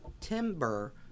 timber